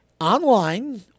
online